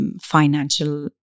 financial